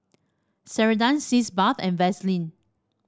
Ceradan Sitz Bath and Vaselin